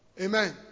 Amen